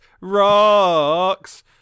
rocks